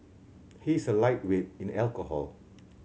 he is a lightweight in alcohol